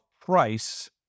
price